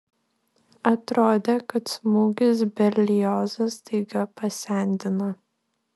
atrodė kad smūgis berliozą staiga pasendino